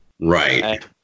Right